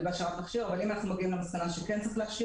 אבל אם אנחנו מגיעים למסקנה שכן צריך להשאיר